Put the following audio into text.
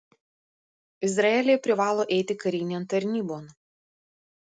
izraelyje privalo eiti karinėn tarnybon